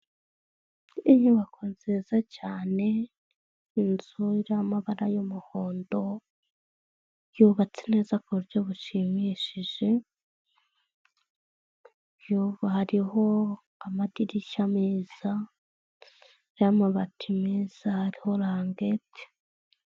Inyubako nziza cyane, inzu ariho amabara y'umuhondo yubatse neza ku buryo bushimishije, yubu hariho amadirishya meza, y'amabati meza, hariho lankete.